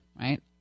right